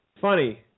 Funny